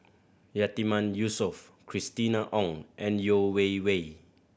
Yatiman Yusof Christina Ong and Yeo Wei Wei